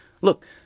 Look